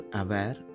aware